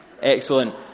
Excellent